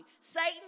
Satan